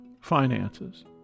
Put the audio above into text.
finances